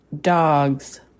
dogs